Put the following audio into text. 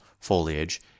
foliage